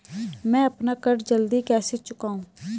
मैं अपना कर्ज जल्दी कैसे चुकाऊं?